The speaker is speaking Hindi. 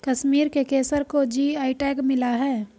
कश्मीर के केसर को जी.आई टैग मिला है